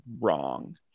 wrong